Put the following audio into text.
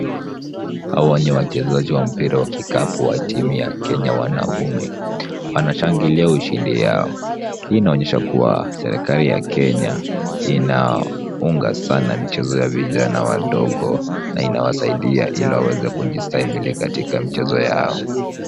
Hawa ni wachezaji wa mpira wa kikapu wa timu ya Kenya wanaume. Wanashangilia ushindi yao. Hii inaonyesha kuwa serikali ya Kenya inaunga sana michezo ya vijana wadogo na inawasaidia ili waweze kujistahimili katika michezo yao.